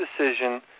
decision